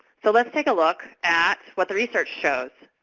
so, let's take a look at what the research shows.